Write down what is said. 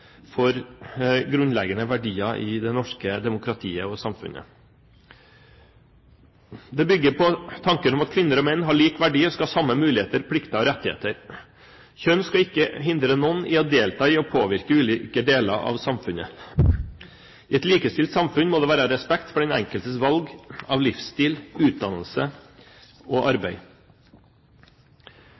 for grunnleggende verdier i det norske demokratiet og samfunnet. Det bygger på tanken om at kvinner og menn har lik verdi og skal ha samme muligheter, plikter og rettigheter. Kjønn skal ikke hindre noen i å delta i å påvirke ulike deler av samfunnet. I et likestilt samfunn må det være respekt for den enkeltes valg av livsstil, utdannelse og arbeid.